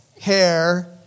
hair